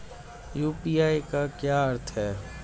UPI का क्या अर्थ है?